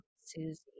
Susie